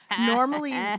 Normally